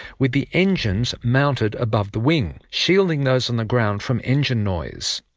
with the engines mounted above the wing, shielding those on the ground from engine noise.